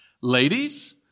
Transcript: Ladies